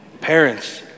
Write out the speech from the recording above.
parents